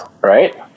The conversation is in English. right